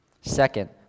second